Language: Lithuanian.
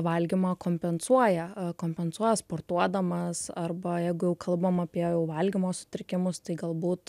valgymą kompensuoja kompensuoja sportuodamas arba jeigu jau kalbam apie jau valgymo sutrikimus tai galbūt